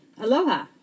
aloha